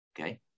okay